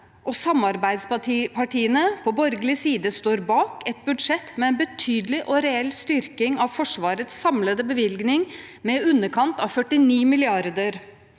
samarbeidspartiene på borgerlig side står bak – et budsjett med en betydelig og reell styrking av Forsvarets samlede bevilgning med i underkant av 49 mrd.